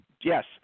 Yes